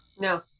No